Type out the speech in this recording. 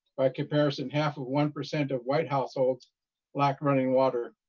comparison half of one percent of white households lack running water.